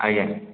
ଆଜ୍ଞା